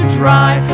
dry